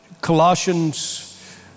Colossians